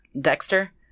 Dexter